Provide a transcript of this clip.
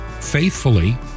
faithfully